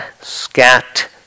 scat